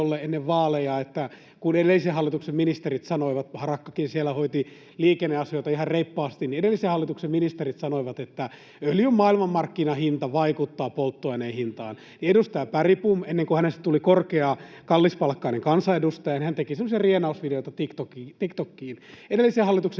ennen vaaleja, että edellisen hallituksen ministerit sanoivat — Harakkakin siellä hoiti liikenneasioita ihan reippaasti — että öljyn maailmanmarkkinahinta vaikuttaa polttoaineen hintaan. Edustaja Bergbom, ennen kuin hänestä tuli korkea, kallispalkkainen kansanedustaja, teki semmoisia rienausvideoita TikTokiin edellisen hallituksen